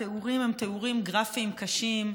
התיאורים הם תיאורים גרפיים קשים.